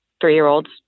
three-year-olds